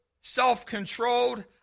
self-controlled